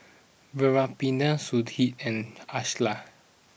Veerapandiya Sudhir and Ashland